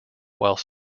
while